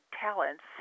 talents